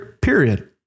Period